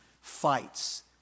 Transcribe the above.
fights